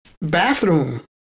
bathroom